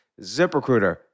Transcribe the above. ZipRecruiter